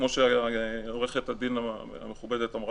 כמו שעורכת הדין המכובדת אמרה.